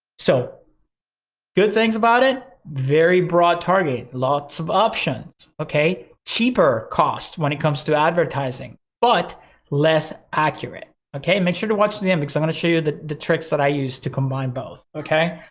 so good things about it? very broad target, lots of options, okay? cheaper cost when it comes to advertising, but less accurate, okay? make sure to watch to the end. i'm gonna show you that the tricks that i use to combine both, okay?